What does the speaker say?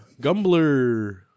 Gumbler